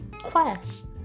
quest